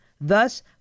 thus